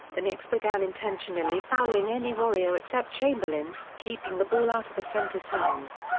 the knicks began intentionally fouling any warrior except chamberlain, keeping the ball out of the center's hands.